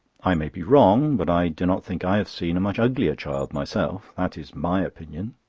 i may be wrong, but i do not think i have seen a much uglier child myself. that is my opinion.